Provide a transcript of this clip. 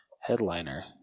headliner